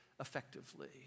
effectively